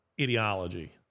ideology